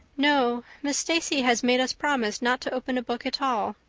no miss stacy has made us promise not to open a book at all.